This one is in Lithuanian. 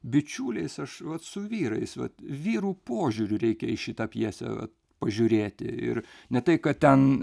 bičiuliais aš vat su vyrais bet vyrų požiūriu reikia į šitą pjesę va pažiūrėti ir ne tai kad ten